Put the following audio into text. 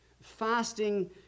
Fasting